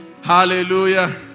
Hallelujah